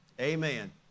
Amen